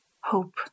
hope